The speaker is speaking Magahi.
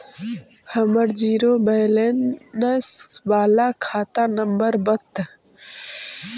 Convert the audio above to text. हमर जिरो वैलेनश बाला खाता नम्बर बत?